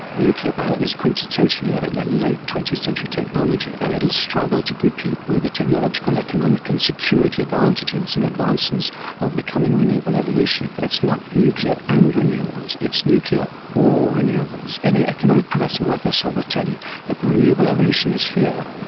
nuclear power is quintessentially a late twentieth century technology and it'll struggle to compete with the technological, economic and security advantages and advances of the coming renewable evolution. it's not nuclear and renewables, it's nuclear or renewables. any economic professor worth their ah salt will tell you that the renewable evolution is here.